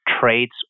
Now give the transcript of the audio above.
traits